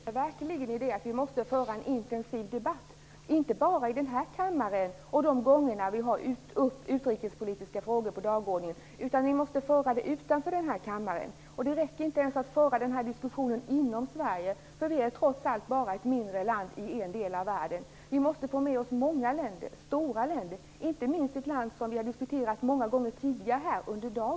Fru talman! Jag instämmer verkligen i att vi måste föra en intensiv debatt, inte bara i den här kammaren och de gånger vi har utrikespolitiska frågor på dagordningen. Vi måste också föra debatten utanför den här kammaren. Det räcker inte ens att föra diskussionen inom Sverige, för vi är trots allt ett mindre land i en del av världen. Vi måste få med oss många länder och stora länder. Vi måste inte minst få med oss ett land som vi har diskuterat många gånger under dagen, nämligen Kina.